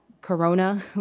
Corona